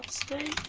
state'